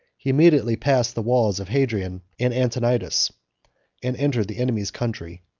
he immediately passed the walls of hadrian and antoninus, and entered the enemy's country,